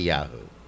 Yahoo